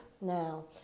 Now